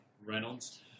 Reynolds